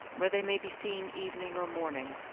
where they may be seen evening or morning?